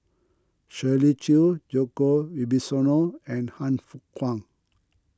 Shirley Chew Djoko Wibisono and Han Fook Kwang